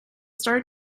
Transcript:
starred